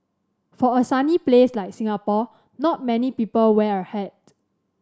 for a sunny place like Singapore not many people wear a hat